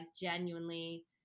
genuinely